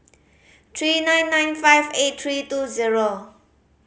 three nine nine five eight three two zero